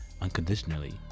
unconditionally